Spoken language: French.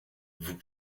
vous